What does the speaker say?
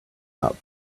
not